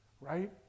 right